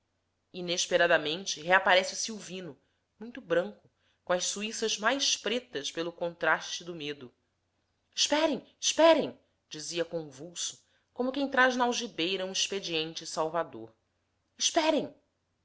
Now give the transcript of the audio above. inesperadamente reaparece o silvino muito branco com as suíças mais pretas pelo contraste do medo esperem esperem dizia convulso como quem traz na algibeira um expediente salvador esperem